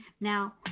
Now